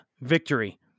victory